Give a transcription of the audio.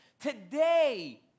Today